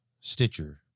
Stitcher